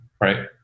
Right